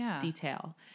detail